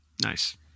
Nice